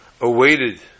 awaited